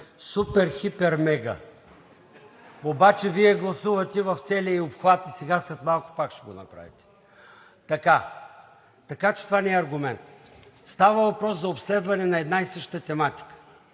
супер-, хипер-, мега. Обаче Вие я гласувате в целия ѝ обхват и сега след малко пак ще го направите. Така че това не е аргумент. Става въпрос за обследване на една и съща тематика